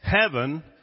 heaven